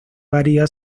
varía